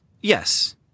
Yes